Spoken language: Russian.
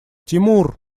тимур